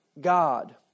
God